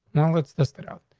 now let's just it out.